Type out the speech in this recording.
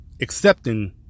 accepting